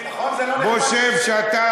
בוא שב,